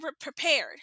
prepared